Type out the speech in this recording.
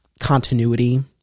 continuity